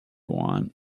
want